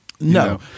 No